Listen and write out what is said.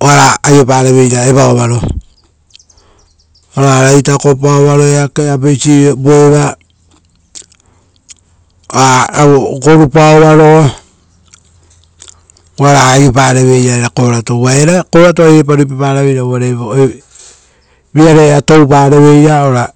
oara aiopareveira evavaro. Evara itakopaovaro ora eakerovi gorupaova-ro oara aiopareveira era korato. Uva korato ari erapa ruipaparaveira uvare viaraia toupa reveira.